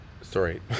Sorry